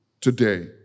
today